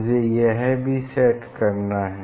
मुझे यह भी सेट करना है